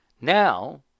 Now